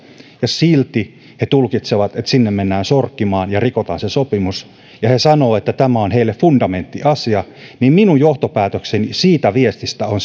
ja silti he tulkitsevat että sinne mennään sorkkimaan ja rikotaan se sopimus ja he sanovat että tämä on heille fundamenttiasia niin minun johtopäätökseni siitä viestistä on